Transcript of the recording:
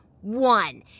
one